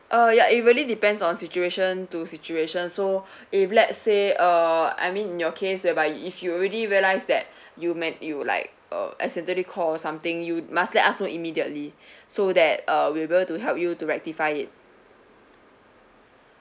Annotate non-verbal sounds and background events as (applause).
uh ya it really depends on situation to situation so (breath) if let's say uh I mean in your case whereby if you already realize that you might you'd like uh accidently call or something you must let us know immediately (breath) so that uh we'll able to help you to rectify it